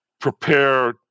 prepare